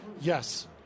Yes